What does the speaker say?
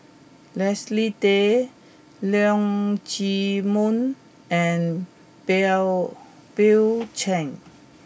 Leslie Tay Leong Chee Mun and Bill Bill Chen